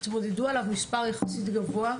התמודדו עליו מספר יחסית גבוה,